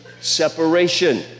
separation